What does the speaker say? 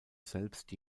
selbst